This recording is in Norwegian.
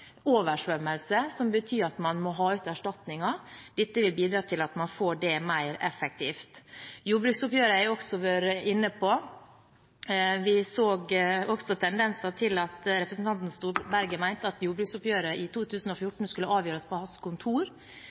som betyr at man må få erstatning. Dette vil bidra til at en får det mer effektivt. Jordbruksoppgjøret har jeg også vært inne på. Vi så tendenser til at representanten Storberget mente at jordbruksoppgjøret i 2014 skulle avgjøres på hans kontor.